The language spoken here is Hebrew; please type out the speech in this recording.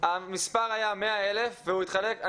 המספר היה מאה אלף והוא התחלק.